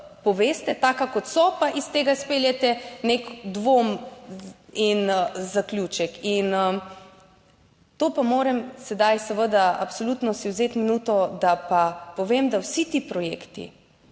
poveste taka kot so, pa iz tega izpeljete nek dvom in zaključek in to pa moram sedaj seveda absolutno si vzeti minuto, da pa povem, da vsi ti projekti